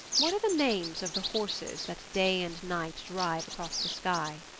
what are the names of the horses that day and night drive across the sky?